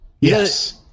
Yes